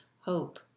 hope